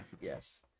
yes